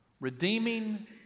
redeeming